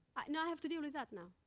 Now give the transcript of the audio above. and i have to deal with that, now.